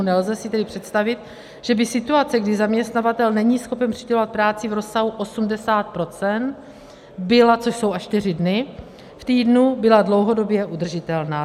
Nelze si tedy představit, že by situace, kdy zaměstnavatel není schopen přidělovat práci v rozsahu 80 %, což jsou až čtyři dny v týdnu, byla dlouhodobě udržitelná.